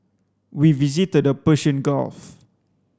we visited the Persian Gulf